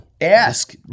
Ask